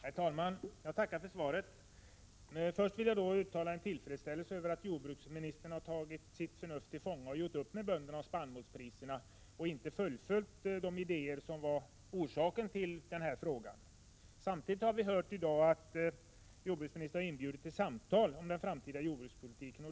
Herr talman! Jag tackar för svaret. Först vill jag uttala min tillfredsställelse över att jordbruksministern har tagit sitt förnuft till fånga och gjort upp med bönderna om spannmålspriserna och inte fullföljt de idéer som var orsak till frågan. Samtidigt har vi hört att jordbruksministern har inbjudit till samtal om den framtida jordbrukspolitiken.